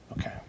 Okay